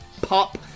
pop